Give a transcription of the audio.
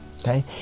okay